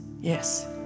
yes